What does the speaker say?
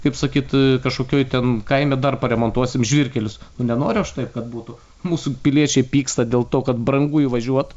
kaip sakyt kažkokioj ten kaime dar paremontuosim žvyrkelius nenoriu aš taip kad būtų mūsų piliečiai pyksta dėl to kad brangu įvažiuot